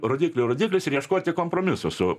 rodiklių rodiklis ir ieškoti kompromisų su